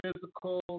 Physical